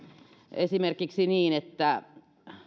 esimerkiksi niin että